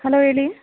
hello ಹೇಳಿ